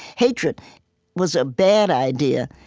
hatred was a bad idea,